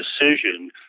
decision